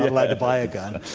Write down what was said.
allowed to buy a gun.